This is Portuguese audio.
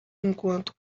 enquanto